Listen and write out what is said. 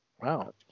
wow